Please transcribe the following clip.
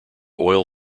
oil